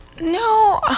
No